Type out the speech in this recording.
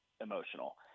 emotional